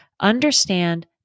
understand